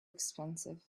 expensive